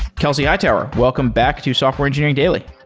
kelsey hightower, welcome back to software engineering daily.